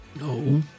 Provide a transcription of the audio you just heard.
No